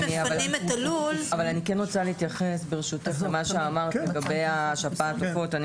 אני כן רוצה להתייחס למה שאמרת לגבי שפעת העופות.